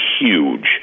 huge